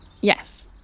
Yes